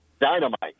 dynamite